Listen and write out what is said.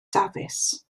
dafis